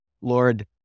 Lord